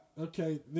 Okay